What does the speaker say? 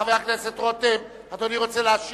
חבר הכנסת רותם, אדוני רוצה להשיב.